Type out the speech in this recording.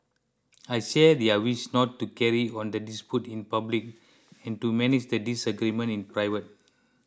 I share their wish not to carry on the dispute in public and to manage the disagreement in private